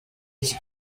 iki